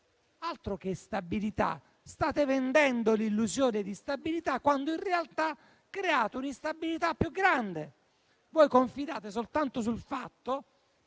Altro che stabilità. State vendendo un'illusione di stabilità, quando in realtà create un'instabilità più grande. Confidate soltanto sul fatto